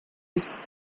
this